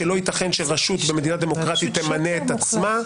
העיקרון שאומר שלא ייתכן שרשות במדינה דמוקרטית תמנה את עצמה,